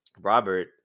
Robert